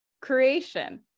creation